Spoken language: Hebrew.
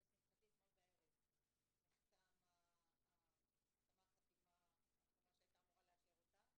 לשמחתי אתמול בערב נחתמה החתימה האחרונה שהייתה אמורה לאשר אותה.